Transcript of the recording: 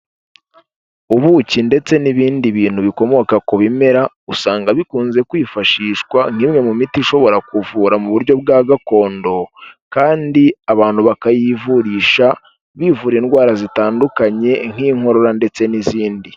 Ubuki ndetse n'ibindi bintu bikomoka ku bimera, usanga bikunze kwifashishwa nk'imwe mu miti ishobora kuvura mu buryo bwa gakondo kandi abantu bakayivurisha bivura indwara zitandukanye nk'inkorora ndetse n'izindi.